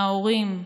מההורים,